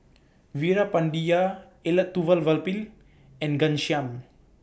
Veerapandiya Elattuvalapil and Ghanshyam